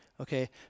Okay